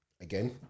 again